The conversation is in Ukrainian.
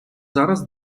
зараз